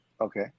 Okay